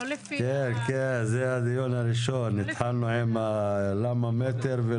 כן, זה הדיון הראשון, התחלנו עם למה מטר.